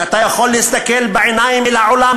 כי אתה יכול להסתכל בעיניים של העולם